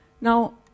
Now